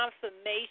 confirmation